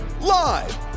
live